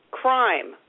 crime